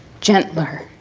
gentler.